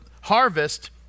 harvest